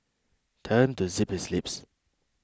tell him to zip his lips